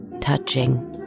touching